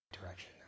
direction